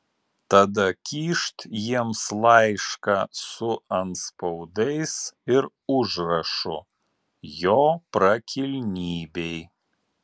tada kyšt jiems laišką su antspaudais ir užrašu jo prakilnybei